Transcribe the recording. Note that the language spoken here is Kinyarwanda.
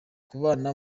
kubana